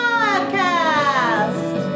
Podcast